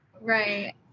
Right